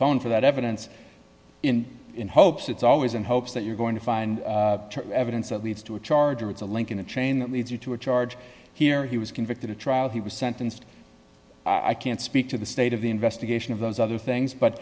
phone for that evidence in hopes it's always in hopes that you're going to find evidence that leads to a charge or it's a link in a chain that leads you to a charge here he was convicted at trial he was sentenced i can't speak to the state of the investigation of those other things but